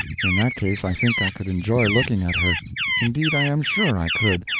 in that case i think i could enjoy looking at her indeed i am sure i could,